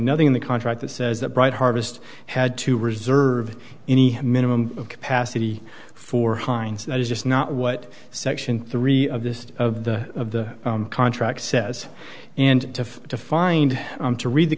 nothing in the contract that says that bright harvest had to reserve any minimum of capacity for heinz that is just not what section three of this of the of the contract says and to to find to read the